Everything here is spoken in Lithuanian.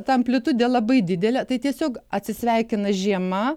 ta amplitudė labai didelė tai tiesiog atsisveikina žiema